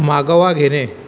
मागोवा घेणे